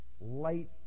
light